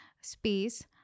space